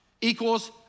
equals